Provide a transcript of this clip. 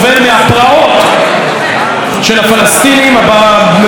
הם מגיעים מרצועת עזה ולצערי גם מצליחים